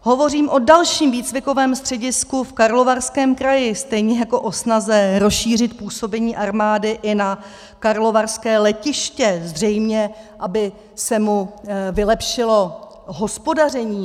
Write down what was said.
Hovořím o dalším výcvikovém středisku v Karlovarském kraji, stejně jako o snaze rozšířit působení armády i na karlovarské letiště, zřejmě aby se mu vylepšilo hospodaření.